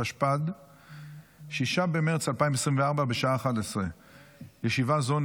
התשפ"ב 2022. בישיבת הכנסת ביום